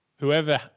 Whoever